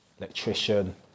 electrician